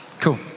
Cool